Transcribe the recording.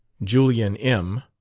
julian m,